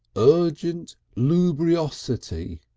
urgent loogoobuosity.